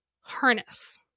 Harness